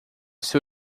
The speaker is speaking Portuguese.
seu